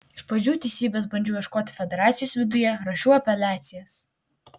iš pradžių teisybės bandžiau ieškoti federacijos viduje rašiau apeliacijas